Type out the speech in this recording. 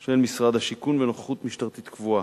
של משרד השיכון ונוכחות משטרתית קבועה.